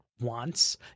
wants